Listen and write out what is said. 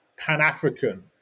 Pan-African